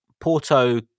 Porto